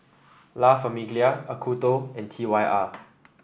La Famiglia Acuto and T Y R